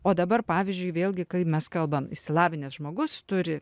o dabar pavyzdžiui vėlgi kai mes kalbam išsilavinęs žmogus turi